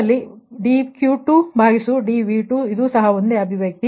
ಆದ್ದರಿಂದdQ2dV2ಇದು ಸಹ ಒಂದೇ ಅಭಿವ್ಯಕ್ತಿ